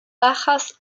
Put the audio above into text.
bajas